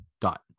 dot